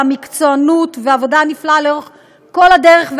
על המקצוענות והעבודה והנפלאה לאורך כל הדרך,